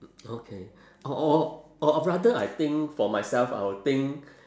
okay or or or or rather I think for myself I'll think